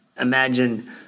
imagine